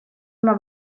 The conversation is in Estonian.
oma